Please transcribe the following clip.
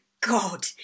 God